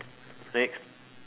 next